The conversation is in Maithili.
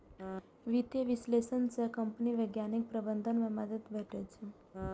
वित्तीय विश्लेषक सं कंपनीक वैज्ञानिक प्रबंधन मे मदति भेटै छै